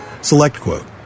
SelectQuote